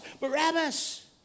Barabbas